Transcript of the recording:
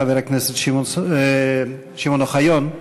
חבר הכנסת שמעון אוחיון,